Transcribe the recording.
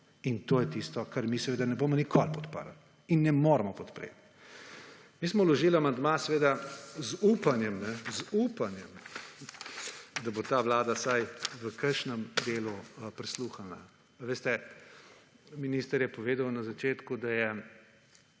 In to je tisto, kar mi seveda ne bomo nikoli podprli in ne moremo podpreti. Mi smo vložili amandma seveda z upanjem, z upanjem, da bo ta vlada vsaj v kakšnem delu prisluhnila. A veste, minister je povedal na začetku, da je